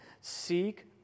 seek